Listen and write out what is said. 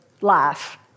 life